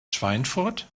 schweinfurt